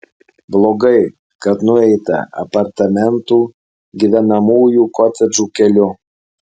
blogai kad nueita apartamentų gyvenamųjų kotedžų keliu